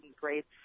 great